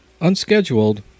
Unscheduled